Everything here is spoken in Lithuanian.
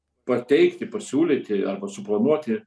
pateikti pasiūlyti arba suplanuoti